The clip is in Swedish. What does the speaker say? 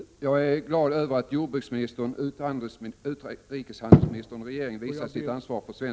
Jag är glad över att jordbruksministern ———.